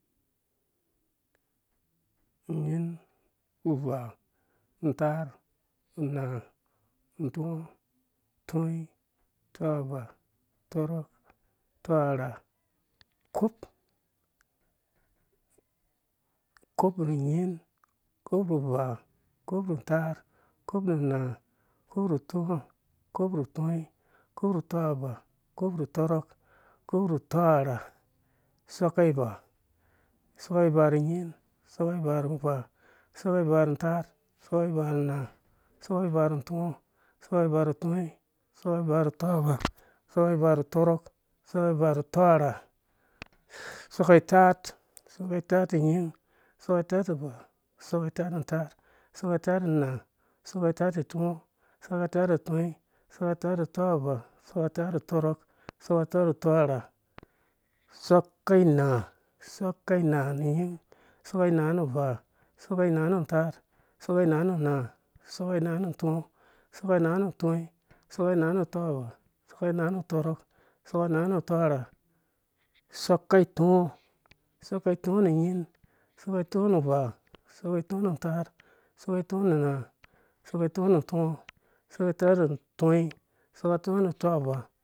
Unyin uvaa untaar unaa utɔɔ utɔnyi utɔvaa tɔrok tɔrha kop kopru nyinkop ru uvaa kop ru untaar kop ru unaa kop ru untɔɔ kop ru utɔnyin kop ru utɔvaa kop yu tɔrɔk kop ru tɔrha soka ivaa unyin soka ivaa uvaa soka ivaa untaar soka ivaa unaa soka ivaa utɔɔsoka ivaa utɔnyi soka ivaa utɔvaa soka ivaa tɔroksoka ivaa tɔrha soka itaar unyin soka itaar uvaa soka itaar untaar soka itaar unaa soka itaar utɔɔ utɔnyi soka itaar utɔvaa soka itaar tɔrok soka itaar tɔrha soka inaa unyin soka inaa uvaa untaarsoka inaa unaa soka inaa utɔɔ soka inaa utɔnyi soka inaa utɔvaa soka inaa tɔrok soka inaa tɔrha soka itɔɔ unyin soka itɔɔ uvaa untaar soka itɔɔ unaa. soka itɔɔ utɔɔ soka itɔɔ utɔnyi soka itɔɔ utɔvaa